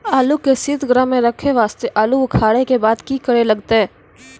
आलू के सीतगृह मे रखे वास्ते आलू उखारे के बाद की करे लगतै?